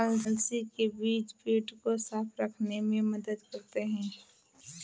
अलसी के बीज पेट को साफ़ रखने में मदद करते है